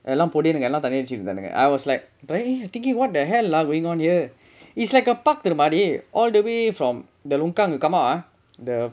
எல்லா பொடியனுங்க எல்லா தண்ணி அடிச்சுட்டு இருந்தானுங்க:ella podiyenungge ella tanni adichuttu irunthaanungge I was like eh thinking what the hell is going on here it's like a park all the way from the long kang you come out uh the